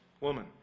woman